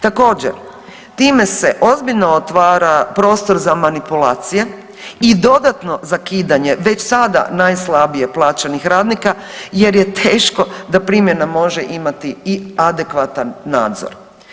Također, time se ozbiljno otvara prostor za manipulacije i dodatno zakidanje već sada najslabije plaćenih radnika jer je teško da primjena može imati i adekvatan nadzor.